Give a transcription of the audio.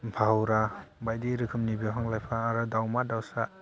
भावरा बायदि रोखोमनि बिफां लाइफां आरो दावमा दावसा